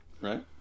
Right